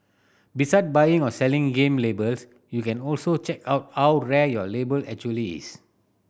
beside buying or selling game labels you can also check out how rare your label actually is